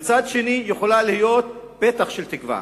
ומצד שני היא יכולה להיות פתח של תקווה,